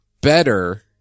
better